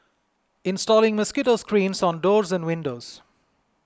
installing mosquito screens on doors and windows